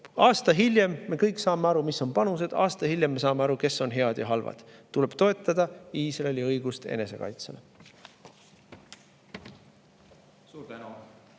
aasta hiljem me kõik saame aru, mis on panused, aasta hiljem me saame aru, kes on head ja halvad –, et tuleb toetada Iisraeli õigust enesekaitsele.